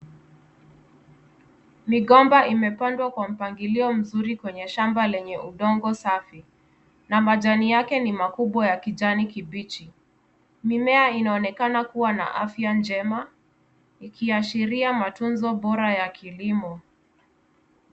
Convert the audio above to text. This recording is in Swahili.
Migomba imepandwa kwa mpangilio mzuri kwenye shamba lenye udongo safi na majani yake ni makubwa ya kijani kibichi. Mimea inaonekana kuwa na afya njema ikiashiria matunzo bora ya kilimo.